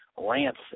Lance